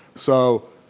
so